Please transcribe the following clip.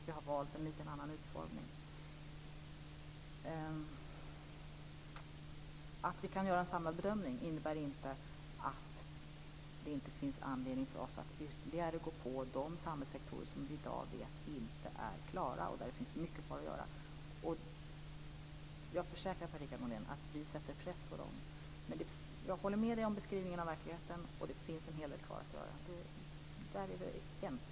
Vi har valt en lite annan utformning. Att vi kan göra en samlad bedömning innebär inte att det inte finns anledning för oss att ytterligare gå på de samhällssektorer som vi i dag vet inte är klara och där det finns mycket kvar att göra. Jag försäkrar, Per Richard Molén, att vi sätter press på dem. Men jag håller med dig om beskrivningen av verkligheten. Det finns en hel del kvar att göra. Där är vi ense.